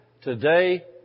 today